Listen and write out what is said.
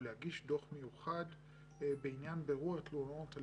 הוא להגיש דוח מיוחד בעניין בירור התלונות על